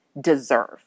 deserve